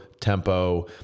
tempo